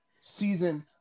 season